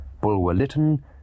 Bulwer-Lytton